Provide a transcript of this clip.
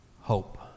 Hope